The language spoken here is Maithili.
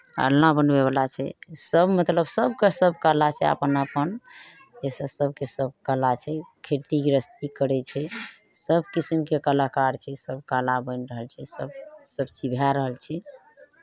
अलना बनबयवला छै सभ मतलब सभके सभ कला छै अपन अपन जइसे सभके सभ कला छै खेती गृहस्थी करै छै सभ किसिमके कलाकार छै सभ कला बनि रहल छै सभ सभचीज भए रहल छै